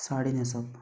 sari न्हेसप